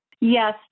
Yes